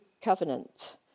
covenant